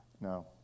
No